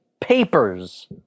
papers